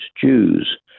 Jews